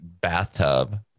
bathtub